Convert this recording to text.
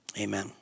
Amen